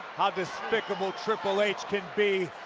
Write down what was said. how despicable triple h can be.